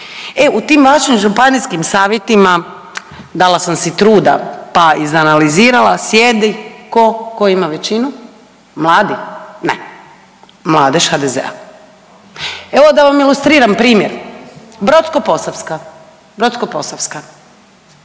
e u tim vašim županijskim savjetima, dala sam si truda, pa izanalizirala, sjedi, tko? Tko ima većinu? Mladi? Ne. Mladež HDZ-a. Evo, da vam ilustriram primjer. Brodsko-posavska. Brodsko-posavska.